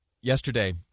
yesterday